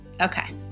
Okay